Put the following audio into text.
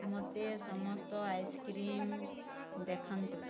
ମୋତେ ସମସ୍ତ ଆଇସ୍କ୍ରିମ୍ ଦେଖାନ୍ତୁ